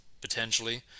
potentially